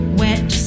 wet